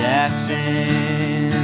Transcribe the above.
Jackson